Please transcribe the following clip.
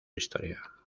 historia